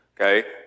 Okay